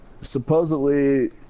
supposedly